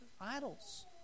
idols